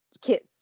kids